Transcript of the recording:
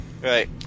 Right